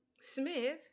Smith